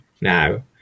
now